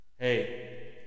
Hey